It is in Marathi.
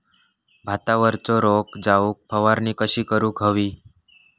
भातावरचो रोग जाऊक फवारणी कशी करूक हवी?